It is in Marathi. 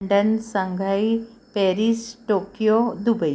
done Shanghai Paris Tokyo Dubai